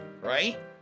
right